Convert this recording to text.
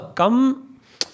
come